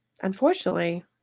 unfortunately